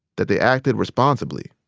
that they acted responsibly.